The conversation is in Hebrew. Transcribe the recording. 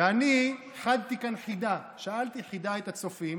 ואני חדתי כאן חידה, שאלתי את הצופים.